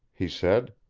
he said.